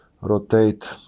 rotate